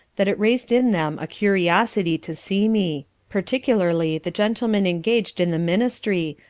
that it raised in them a curiosity to see me particularly the gentlemen engaged in the ministry,